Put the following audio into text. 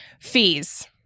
fees